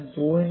ഞാൻ 0